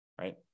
right